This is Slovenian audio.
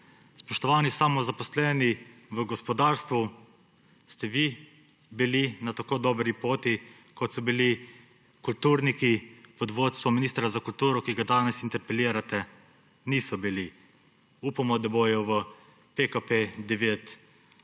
Spoštovani samozaposleni v gospodarstvu, ste vi bili na tako dobri poti, kot so bili kulturniki pod vodstvom ministra za kulturo, ki se ga danes interpelira? Niso bili. Upamo, da bodo v PKP9